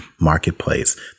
marketplace